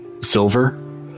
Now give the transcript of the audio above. Silver